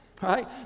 Right